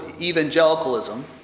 evangelicalism